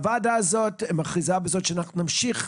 הוועדה הזאת מכריזה בזאת שאנחנו נמשיך